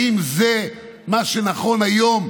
האם זה מה שנכון היום,